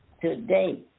today